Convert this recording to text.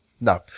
No